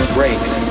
Brakes